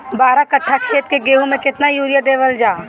बारह कट्ठा खेत के गेहूं में केतना यूरिया देवल जा?